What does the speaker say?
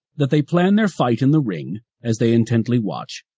that they plan their fight in the ring as they intently watch,